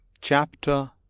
chapter